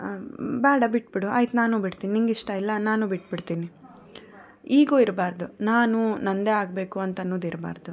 ಬೇಡ ಬಿಟ್ಟು ಬಿಡು ಆಯ್ತು ನಾನು ಬಿಡ್ತೀನಿ ನಿಂಗೆ ಇಷ್ಟ ಇಲ್ಲ ನಾನು ಬಿಟ್ಟು ಬಿಡ್ತೀನಿ ಈಗೋ ಇರಬಾರ್ದು ನಾನು ನನ್ನದೇ ಆಗಬೇಕು ಅಂತನ್ನೋದು ಇರಬಾರ್ದು